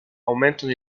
aumentano